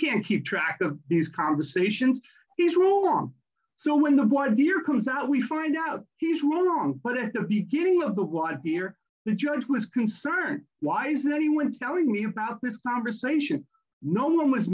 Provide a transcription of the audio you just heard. can't keep track of these conversations is wrong so when the wife here comes out we find out he's wrong but at the beginning of the year the judge was concerned why isn't anyone telling me about this conversation no one was